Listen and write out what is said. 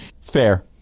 Fair